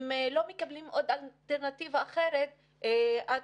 הם לא מקבלים עוד אלטרנטיבה אחרת עד